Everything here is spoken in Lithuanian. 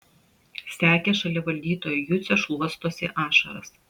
sekė šalia valdytojo jucio šluostosi ašaras